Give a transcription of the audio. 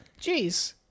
Jeez